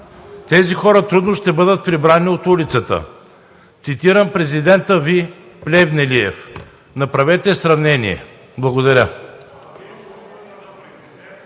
„Тези хора трудно ще бъдат прибрани от улицата.“ Цитирам президента Ви – Плевнелиев. Направете сравнение. Благодаря.